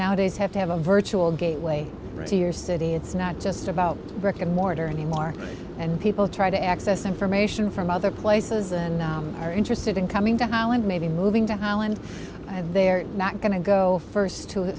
nowadays have to have a virtual gateway to your city it's not just about wreck and mortar anymore and people try to access information from other places and are interested in coming to an island maybe moving to an island and they're not going to go first to